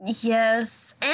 Yes